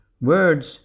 words